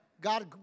God